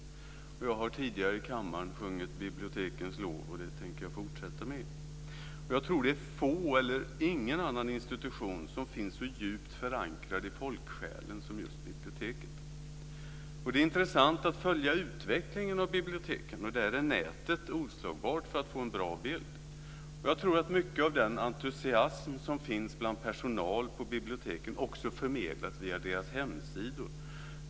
Jag har tidigare i kammaren sjungit bibliotekens lov. Det tänker jag fortsätta med. Det är få institutioner - eller ingen - som finns så djupt förankrade i folksjälen som just biblioteken. Det är intressant att följa utvecklingen av biblioteken. Där är nätet oslagbart för att få en bra bild. Mycket av den entusiasm som finns bland personalen på biblioteken förmedlas också via deras hemsidor.